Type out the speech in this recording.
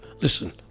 Listen